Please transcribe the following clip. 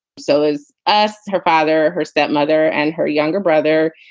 so as us, her father, her stepmother and her younger brother,